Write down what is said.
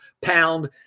Pound